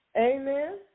Amen